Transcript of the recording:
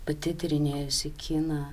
pati tyrinėjusi kiną